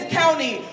county